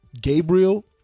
Gabriel